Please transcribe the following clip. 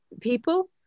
people